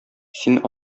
син